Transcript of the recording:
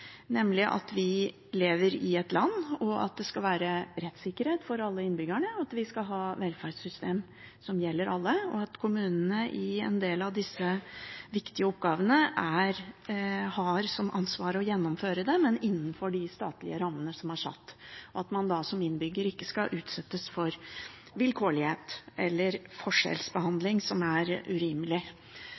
nemlig at vi lever i et land der det skal være rettssikkerhet for alle innbyggerne, at vi skal ha et velferdssystem som gjelder alle, at kommunene har som ansvar å gjennomføre en del av disse viktige oppgavene, men innenfor de statlige rammene som er satt, og at man som innbygger ikke skal utsettes for vilkårlighet eller urimelig forskjellsbehandling.